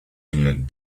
imminent